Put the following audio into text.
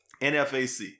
NFAC